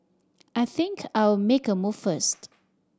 I think I'll make a move first